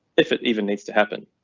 if it even needs to happen,